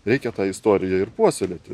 reikia tą istoriją ir puoselėti